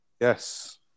Yes